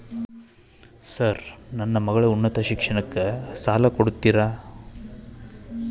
Sir ನನ್ನ ಮಗಳ ಉನ್ನತ ಶಿಕ್ಷಣಕ್ಕೆ ಸಾಲ ಕೊಡುತ್ತೇರಾ?